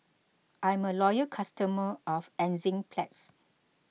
I'm a loyal customer of Enzyplex